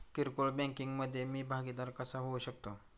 किरकोळ बँकिंग मधे मी भागीदार कसा होऊ शकतो?